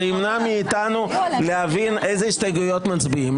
זה ימנע מאיתנו להבין על איזה הסתייגויות מצביעים.